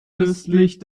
östlich